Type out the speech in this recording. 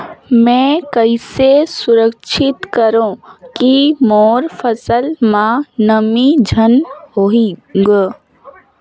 मैं कइसे सुरक्षित करो की मोर फसल म नमी झन होही ग?